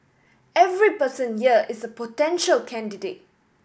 every person here is a potential candidate